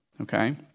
okay